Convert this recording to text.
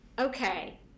Okay